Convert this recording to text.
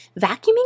Vacuuming